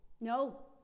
No